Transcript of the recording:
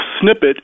snippet